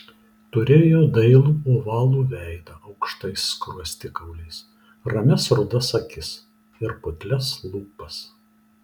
turėjo dailų ovalų veidą aukštais skruostikauliais ramias rudas akis ir putlias lūpas